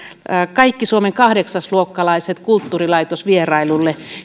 kaikki suomen kahdeksasluokkalaiset kulttuurilaitosvierailulle